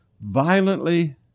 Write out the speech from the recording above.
violently